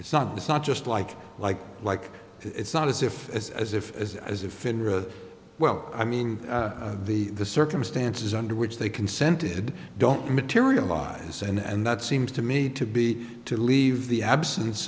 it's not it's not just like like like it's not as if it's as if as if in your well i mean the circumstances under which they consented don't materialize and that seems to me to be to leave the absence